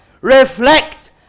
Reflect